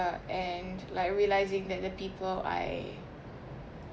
and like realising that the people I